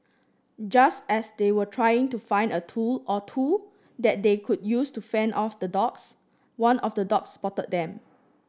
just as they were trying to find a tool or two that they could use to fend off the dogs one of the dogs spotted them